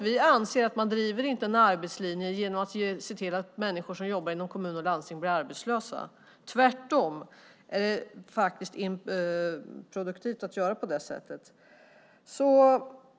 Vi anser att man inte driver en arbetslinje genom att se till att människor som jobbar inom kommun och landsting blir arbetslösa. Tvärtom är det faktiskt improduktivt att göra på det sättet.